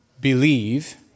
believe